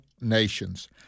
nations